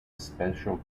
special